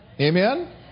Amen